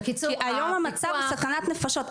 היום המצב הוא סכנת נפשות,